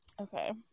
Okay